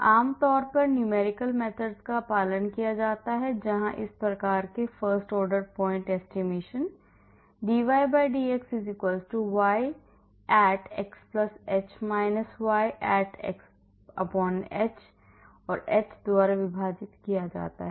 आम तौर पर numerical methods का पालन किया जाता है जहां इस प्रकार के first order point estimation dydx y at xh - y at xh h द्वारा विभाजित किया जाता है